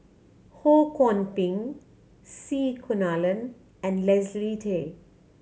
Ho Kwon Ping C Kunalan and Leslie Tay